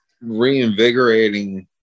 reinvigorating